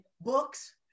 books